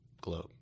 globe